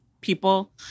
people